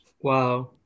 wow